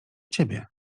ciebie